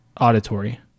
auditory